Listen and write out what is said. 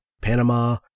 Panama